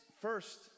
first